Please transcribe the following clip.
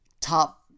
top